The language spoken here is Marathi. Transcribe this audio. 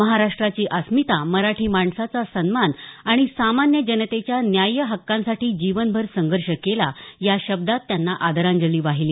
महाराष्ट्राची अस्मिता मराठी माणसाचा सन्मान आणि सामान्य जनतेच्या न्याय्य हक्कांसाठी जीवनभर संघर्ष केला या शब्दांत त्यांना आदरांजली वाहिली